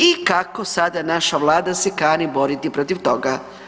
I kako sada naša Vlada se kani boriti protiv toga?